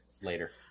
later